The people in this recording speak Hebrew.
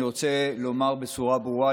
אני רוצה לומר בצורה ברורה,